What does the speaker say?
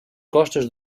costas